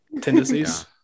tendencies